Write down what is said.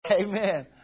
Amen